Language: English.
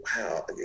wow